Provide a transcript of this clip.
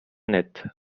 nett